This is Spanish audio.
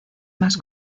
más